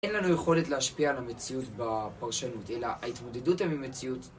אין לנו יכולת להשפיע על המציאות בפרשנות, אלא ההתמודדות עם המציאות